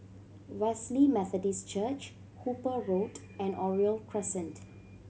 Wesley Methodist Church Hooper Road and Oriole Crescent